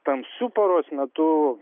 tamsiu paros metu